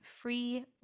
free